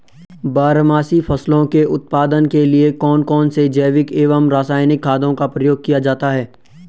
बारहमासी फसलों के उत्पादन के लिए कौन कौन से जैविक एवं रासायनिक खादों का प्रयोग किया जाता है?